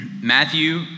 Matthew